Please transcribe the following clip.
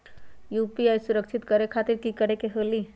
UPI सुरक्षित करे खातिर कि करे के होलि?